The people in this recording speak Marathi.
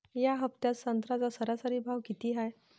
या हफ्त्यात संत्र्याचा सरासरी भाव किती हाये?